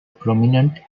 prominent